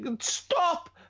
stop